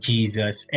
Jesus